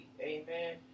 Amen